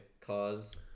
cause